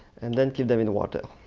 and then keep them in water.